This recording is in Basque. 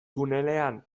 tunelean